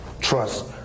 Trust